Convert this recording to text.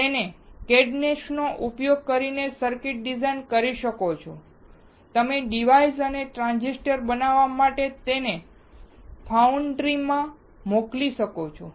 તમે કેડનેસનો ઉપયોગ કરીને સર્કિટ્સ ડિઝાઇન કરી શકો છો અને તમે ડિવાઇસ અને ટ્રાંઝિસ્ટર બનાવવા માટે તેને ફાઉન્ડ્રીમાં મોકલી શકો છો